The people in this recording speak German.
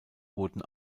wurden